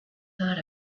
thought